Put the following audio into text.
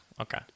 Okay